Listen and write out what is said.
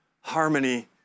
harmony